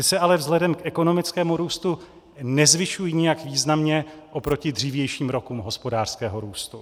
Ty se ale vzhledem k ekonomickému růstu nezvyšují nijak významně oproti dřívějším rokům hospodářského růstu.